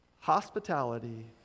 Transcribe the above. hospitality